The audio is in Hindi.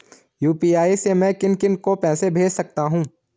यु.पी.आई से मैं किन किन को पैसे भेज सकता हूँ?